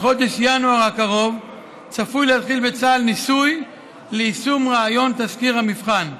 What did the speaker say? בחודש ינואר הקרוב צפוי להתחיל בצה"ל ניסוי ליישום רעיון תסקיר המבחן.